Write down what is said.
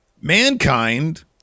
mankind